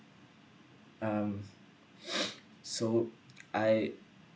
um so I